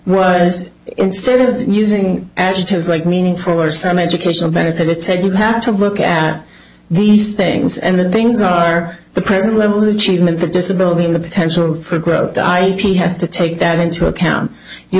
was instead of using adjectives like meaning for some educational benefit it said you have to look at these things and the things are the present levels achievement the disability and the potential for growth i p has to take that into account you